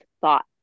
thought